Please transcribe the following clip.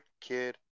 kid